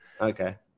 okay